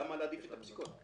למה להעדיף את הפסיקות?